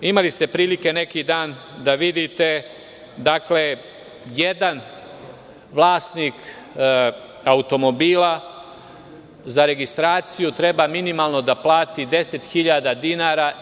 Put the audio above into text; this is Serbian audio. Imali ste prilike neki dan da vidite da jedan vlasnik automobila za registraciju treba minimalno da plati 10 hiljada dinara.